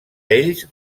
ells